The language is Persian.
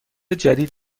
جدید